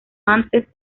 antes